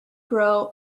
grow